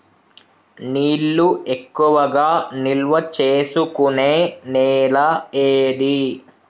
నీళ్లు ఎక్కువగా నిల్వ చేసుకునే నేల ఏది?